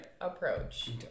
approach